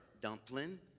dumpling